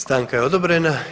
Stanka je odobrena.